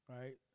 right